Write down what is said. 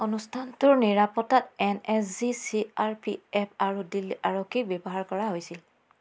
অনুষ্ঠানটোৰ নিৰাপত্তাত N S G C R P F আৰু দিল্লী আৰক্ষীক ব্যৱহাৰ কৰা হৈছিল